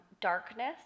darkness